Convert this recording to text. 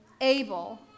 able